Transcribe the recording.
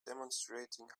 demonstrating